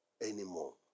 anymore